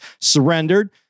surrendered